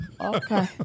okay